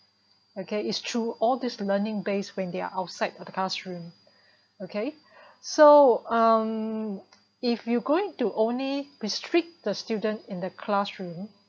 okay it's true all this learning based when they're outside of the classroom okay so um if you going to only restrict the student in the classroom